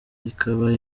ikaba